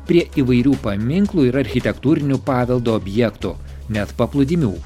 prie įvairių paminklų ir architektūrinio paveldo objektų net paplūdimių